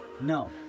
no